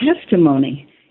testimony